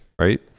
Right